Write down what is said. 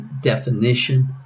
definition